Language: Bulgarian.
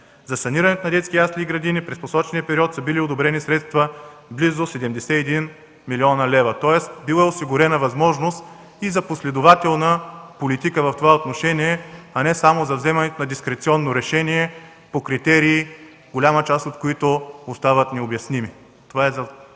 За санирането на детски ясли и градини през посочения период са били одобрени близо 71 млн. лв. средства, тоест била е осигурена възможност и за последователна политика в това отношение, а не само за вземането на дискреционно решение по критерии, голяма част от които остават необясними.